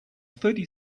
thirty